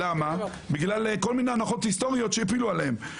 בגלל כל מיני הנחות היסטוריות שהפילו עליהם.